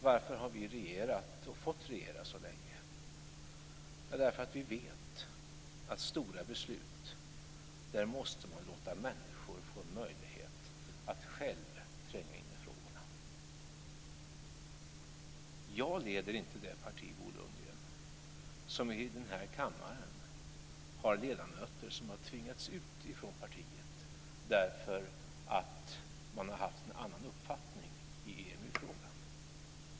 Varför har vi regerat och fått regera så länge? Jo, därför att vi vet att man vid stora beslut måste låta människor få en möjlighet att själva tränga in i frågorna. Jag leder inte det parti, Bo Lundgren, som i den här kammaren har ledamöter som har tvingats ut från partiet därför att de har haft en annan uppfattning i EMU-frågan.